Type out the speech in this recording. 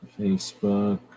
Facebook